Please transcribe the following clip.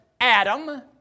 Adam